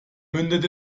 mündet